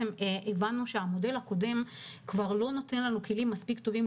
הבנו שהמודל הקודם כבר לא נותן לנו כלים מספיק טובים,